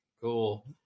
cool